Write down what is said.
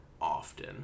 often